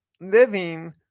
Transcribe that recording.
living